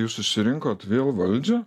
jūs išsirinkot vėl valdžią